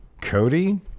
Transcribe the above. Cody